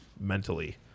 mentally